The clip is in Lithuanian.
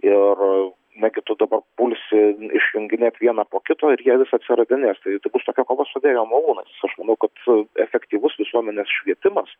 ir ne gi tu dabar pulsi išjunginėt vieną po kito ir jie vis atsiradinės tai bus tokia kova su vėjo malūnais aš manau kad su efektyvus visuomenės švietimas